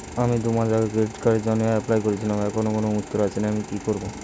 আমি দুমাস আগে ক্রেডিট কার্ডের জন্যে এপ্লাই করেছিলাম এখনো কোনো উত্তর আসেনি আমি কি করব?